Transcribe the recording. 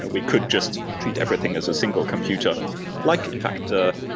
ah we could just treat everything as a single computer like, in fact, ah